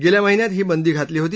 गेल्या महिन्यामधे ही बंदी घातली होती